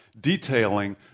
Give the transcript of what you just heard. detailing